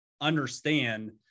understand